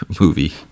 movie